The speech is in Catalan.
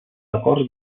acords